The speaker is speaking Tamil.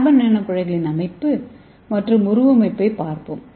கார்பன் நானோகுழாய்களின் அமைப்பு மற்றும் உருவமைப்பைப் பார்ப்போம்